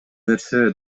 нерсе